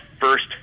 first